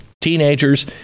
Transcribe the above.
teenagers